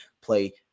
play